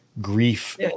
grief